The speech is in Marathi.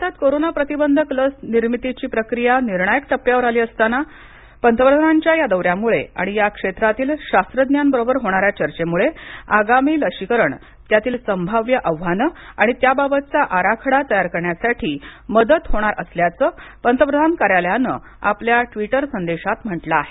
भारतात कोरोना प्रतिबंधक लस निर्मितीची प्रक्रिया निर्णायक टप्प्यावर आली असताना पंतप्रधानांच्या या दौऱ्यामुळे आणि या क्षेत्रातील शास्त्रज्ञांबरोबर होणाऱ्या चर्चेमुळे आगामी लशीकरण त्यातील संभाव्य आव्हानं आणि त्याबाबतचा आराखडा तयार करण्यासाठी मदत होणार असल्याचं पंतप्रधान कार्यालयानं आपल्या ट्वीटर संदेशात म्हटलं आहे